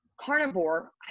carnivore